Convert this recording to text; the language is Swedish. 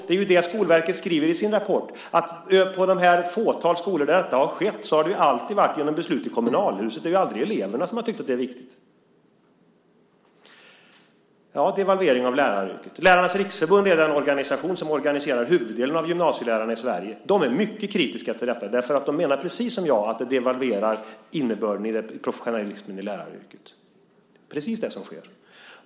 Det är ju det Skolverket skriver i sin rapport: På det fåtal skolor där detta har skett har det alltid varit genom beslut i kommunalhuset. Det är ju aldrig eleverna som har tyckt att det är riktigt. Ja, det innebär en devalvering av läraryrket. Lärarnas Riksförbund är den organisation som organiserar huvuddelen av gymnasielärarna i Sverige. De är mycket kritiska till detta, därför att de menar, precis som jag, att detta devalverar innebörden i professionalismen i läraryrket. Det är precis det som sker.